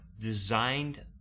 designed